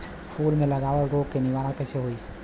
फूल में लागल रोग के निवारण कैसे होयी?